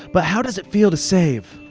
but how does it feel to save